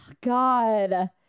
God